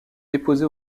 déposé